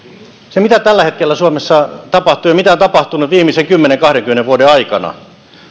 se mitä tällä hetkellä suomessa tapahtuu ja mitä on tapahtunut viimeisen kymmenen viiva kahdenkymmenen vuoden aikana